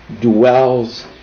dwells